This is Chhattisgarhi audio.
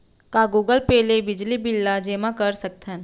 का गूगल पे ले बिजली बिल ल जेमा कर सकथन?